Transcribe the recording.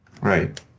Right